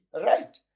Right